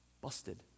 Busted